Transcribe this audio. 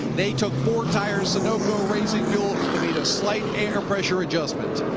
they took four tires, sunoco racing fuel like air pressure adjustment.